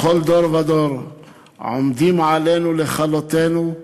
בכל דור ודור עומדים עלינו לכלותנו,